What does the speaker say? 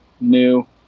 new